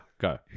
Go